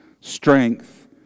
strength